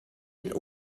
den